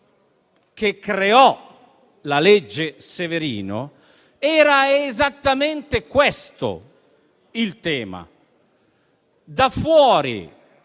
cosiddetta legge Severino, era esattamente questo il tema: da fuori